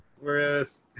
Whereas